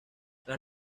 tras